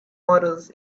models